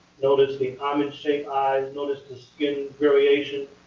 notice the almond-shaped eyes. notice the skin variation.